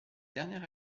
dernière